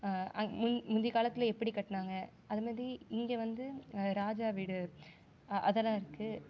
அங் முந் முந்தி காலத்தில் எப்படி கட்டினாங்க அதுமாதிரி இங்கே வந்து ராஜா வீடு அதெல்லாம் இருக்குது